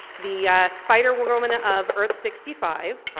the spider woman ah of earth sixty five.